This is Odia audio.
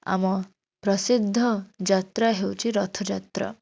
ଆମ ପ୍ରସିଦ୍ଧ ଯାତ୍ରା ହେଉଛି ରଥଯାତ୍ରା